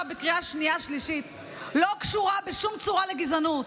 בקריאה שנייה ושלישית לא קשורה בשום צורה לגזענות.